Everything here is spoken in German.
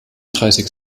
dreißig